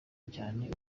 cyane